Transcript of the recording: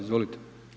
Izvolite.